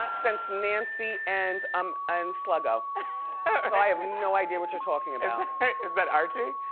since nancy and um and sluggo, so i have no idea what you're talking about. is that archie?